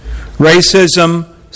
Racism